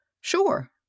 Sure